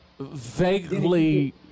Vaguely